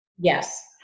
yes